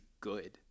good